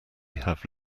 have